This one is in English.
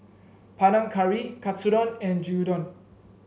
Panang Curry Katsudon and Gyudon